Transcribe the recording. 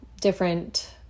different